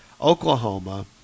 Oklahoma